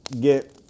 get